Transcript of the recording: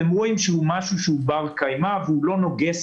אתם רואים שזה משהו שהוא בר-קיימא ולא נוגס